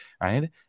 right